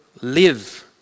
live